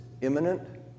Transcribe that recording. imminent